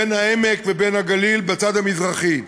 בין העמק ובין הגליל בצד המזרחי.